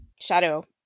shadow